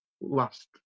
last